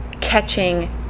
catching